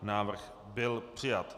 Návrh byl přijat.